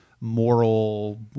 moral